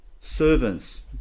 servants